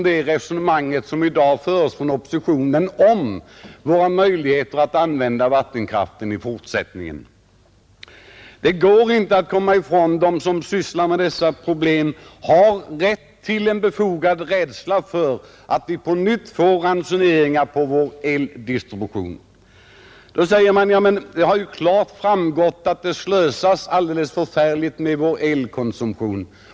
Det resonemanget liknar vad man inom oppositionen säger i dag om våra möjligheter att använda vattenkraften i fortsättningen. Det går inte att komma ifrån att de som sysslar med dessa problem har fog för sin rädsla att vi på nytt kan få elransoneringar. Det har också sagts att det ju klart har framgått att det slösas alldeles förskräckligt med vår elkraft.